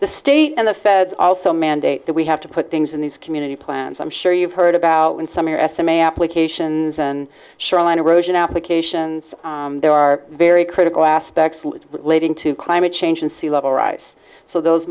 the state and the feds also mandate that we have to put things in these community plans i'm sure you've heard about when some estimate applications and shoreline erosion applications there are very critical aspects leading to climate change and sea level rise so those